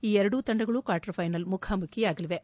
ಈ ಎರಡೂ ತಂಡಗಳು ಕ್ವಾರ್ಟರ್ ಫೈನಲ್ನಲ್ಲಿ ಮುಖಾಮುಖಿಯಾಗಲಿವೆ